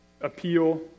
appeal